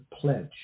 pledge